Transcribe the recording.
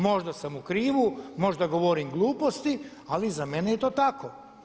Možda sam u krivu, možda govorim gluposti ali za mene je to tako.